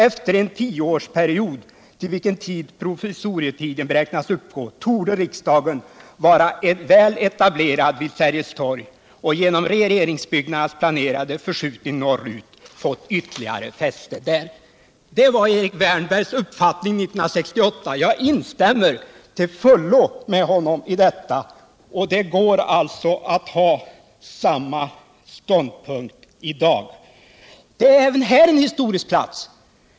Efter en tioårsperiod, till vilken tid provisorietiden beräknas uppgå, torde Riksdagen vara väl etablerad vid Sergels torg, och genom regeringsbyggnadernas planerade förskjutning norrut fått ytterligare fäste där.” Det var Erik Wärnbergs uppfattning 1968. Jag instämmer till fullo i detta. Det går alltså att ha samma ståndpunkt i dag, då det står klart att riksdagen stannar än längre tid. Det här är en historisk plats.